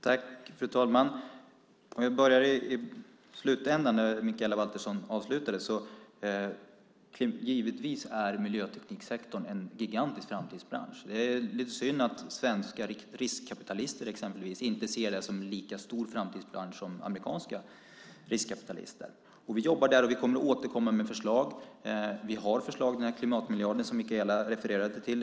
Fru talman! Om vi börjar i slutändan där Mikaela Valtersson avslutade vill jag säga att miljötekniksektorn givetvis är en gigantisk framtidsbransch! Det är lite synd att exempelvis svenska riskkapitalister inte ser den som en lika stor framtidsbransch som amerikanska riskkapitalister gör. Vi jobbar med detta, och vi kommer att återkomma med förslag. Vi har förslag inom klimatmiljarden som Mikaela Valtersson refererade till.